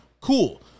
Cool